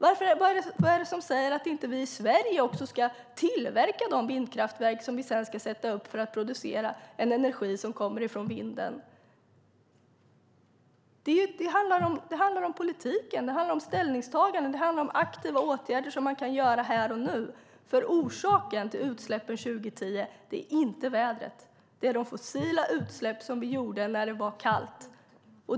Vad är det som säger att vi i Sverige inte ska tillverka vindkraftverk som vi sedan ska sätta upp för att producera energi som kommer från vinden? Det handlar om politik, ställningstaganden och aktiva åtgärder som man kan vidta här och nu. Orsaken till utsläppen 2010 är inte vädret, utan de fossila utsläpp som vi gjorde när det var kallt.